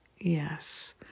Yes